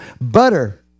Butter